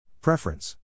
Preference